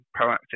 proactive